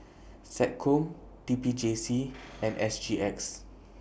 Seccom T P J C and S G X